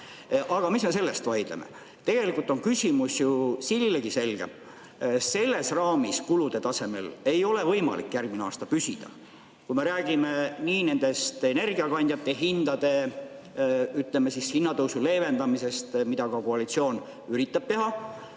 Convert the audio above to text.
Aga mis me selle üle vaidleme, tegelikult on küsimus ju siililegi selge. Selles raamis kulude tasemel ei ole võimalik järgmine aasta püsida, kui me räägime energiakandjate hindade tõusu leevendamisest, mida koalitsioon üritab teha,